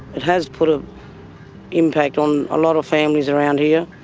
it has put an impact on a lot of families around here,